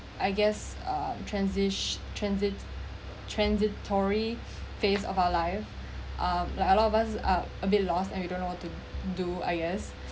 I guess uh transits~ transit transitory phase of our life uh like a lot of us uh a bit lost and we don't know what to do I guess